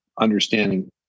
understanding